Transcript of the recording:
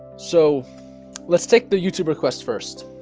so let's take the youtube request first